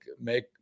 make